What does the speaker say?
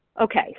Okay